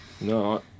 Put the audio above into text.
No